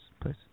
please